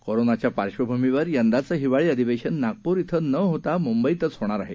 कोरोनाच्या पार्क्षभुमीवर यंदाचं हिवाळी अधिवेशन नागपूर इथं न होता मुंबईतच होणार आहे